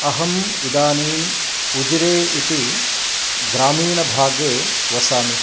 अहम् इदानीम् उजिरे इति ग्रामीणभागे वसामि